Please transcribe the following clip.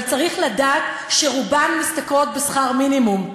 אבל צריך לדעת שרובן משתכרות שכר מינימום,